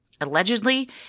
Allegedly